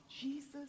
jesus